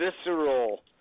visceral